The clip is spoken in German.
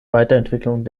weiterentwicklung